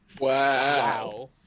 Wow